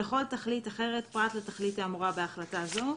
לכל תכלית אחרת פרט לתכלית האמורה בהחלטה זו,